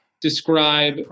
describe